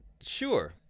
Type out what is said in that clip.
sure